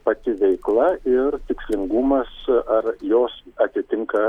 pati veikla ir tikslingumas ar jos atitinka